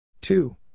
two